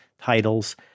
titles